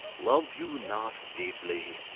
love you not deeply?